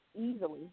easily